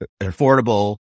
affordable